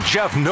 Jeff